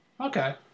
Okay